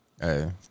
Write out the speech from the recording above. Hey